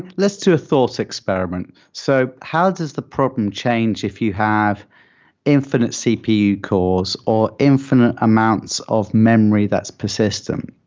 let's do a thought experiment. so how does the program change if you have infinite cpu calls or infinite amounts of memory that's persistent?